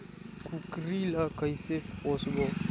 कूकरी ला कइसे पोसबो?